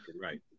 right